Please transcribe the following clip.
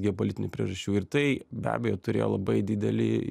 geopolitinių priežasčių ir tai be abejo turėjo labai didelį